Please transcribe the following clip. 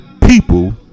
people